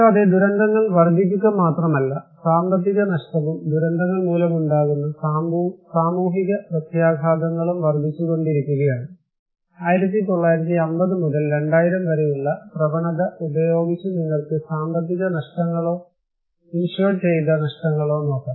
കൂടാതെ ദുരന്തങ്ങൾ വർദ്ധിക്കുക മാത്രമല്ല സാമ്പത്തിക നഷ്ടവും ദുരന്തങ്ങൾ മൂലമുണ്ടാകുന്ന സാമൂഹിക പ്രത്യാഘാതങ്ങളും വർദ്ധിച്ചുകൊണ്ടിരിക്കുകയാണ് 1950 മുതൽ 2000 വരെയുള്ള പ്രവണത ഉപയോഗിച്ച് നിങ്ങൾക്ക് സാമ്പത്തിക നഷ്ടങ്ങളോ ഇൻഷ്വർ ചെയ്ത നഷ്ടങ്ങളോ നോക്കാം